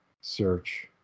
search